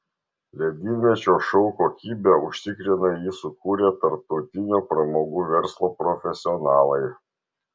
ledynmečio šou kokybę užtikrina jį sukūrę tarptautinio pramogų verslo profesionalai